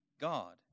God